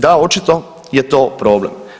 Da očito je to problem.